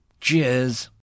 Cheers